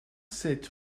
sept